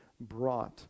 brought